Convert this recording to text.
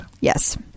Yes